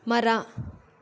ಮರ